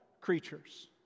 creatures